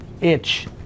itch